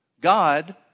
God